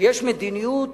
שיש מדיניות